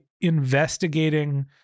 investigating